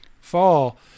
fall